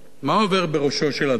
מה עובר בראשו של אדם